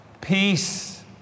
Peace